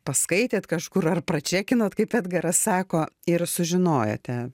paskaitėt kažkur ar pračekinot kaip edgaras sako ir sužinojote